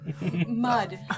Mud